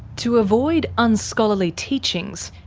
to avoid unscholarly teachings,